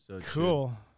Cool